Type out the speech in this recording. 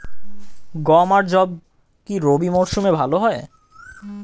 গম আর যব কি রবি মরশুমে ভালো হয়?